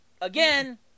again